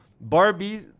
Barbie